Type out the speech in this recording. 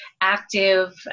active